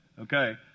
Okay